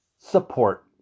support